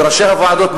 וראשי הוועדות,